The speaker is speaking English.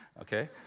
okay